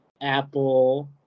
Apple